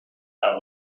gone